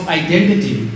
identity